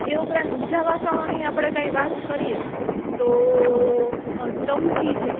એ ઉપરાંત બીજા વાસણોની આપણે કાંઈ વાત કરીએ તો ચમચી છે